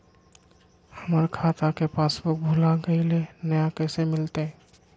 हमर खाता के पासबुक भुला गेलई, नया कैसे मिलतई?